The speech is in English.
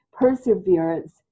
perseverance